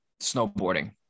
snowboarding